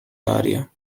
aria